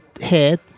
head